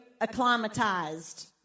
acclimatized